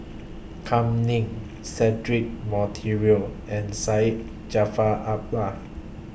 Kam Ning Cedric Monteiro and Syed Jaafar Albar